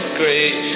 great